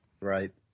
Right